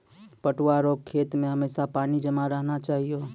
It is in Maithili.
पटुआ रो खेत मे हमेशा पानी जमा रहना चाहिऔ